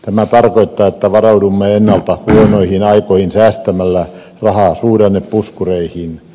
tämä tarkoittaa että varaudumme ennalta huonoihin aikoihin säästämällä rahaa suhdannepuskureihin